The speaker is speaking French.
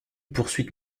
poursuite